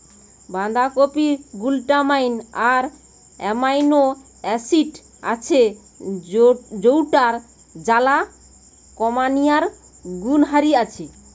বাঁধাকপিরে glutamine আর amino acid আছে যৌটার জ্বালা কমানিয়ার গুণহারি আছে